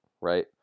right